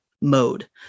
mode